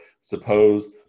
suppose